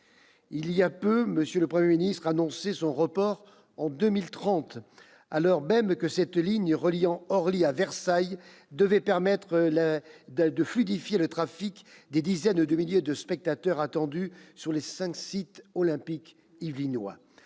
Il y a peu, le Premier ministre a annoncé son report en 2030, alors même que cette ligne reliant Orly à Versailles devait permettre de fluidifier le trafic des dizaines de milliers de spectateurs attendus sur les cinq sites olympiques yvelinois.